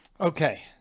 Okay